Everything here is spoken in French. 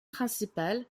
principal